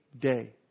day